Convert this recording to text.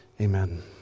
amen